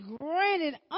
granted